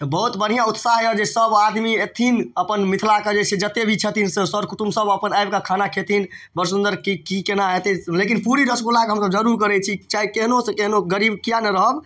तऽ बहुत बढ़िआँ उत्साह अइ जे सब आदमी अएथिन अपन मिथिलाके जे छै से जतेक भी छथिन से सर कुटुमसब अपन आबिकऽ खाना खेथिन बड़ सुन्दर कि कि कोना हेतै लेकिन पूड़ी रसगुल्लाके हमसब जरूर करै छी चाहे केहनोसँ केहनो गरीब किए ने रहब